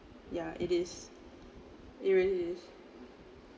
ya it is it really is